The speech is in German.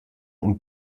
und